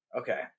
Okay